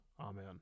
Amen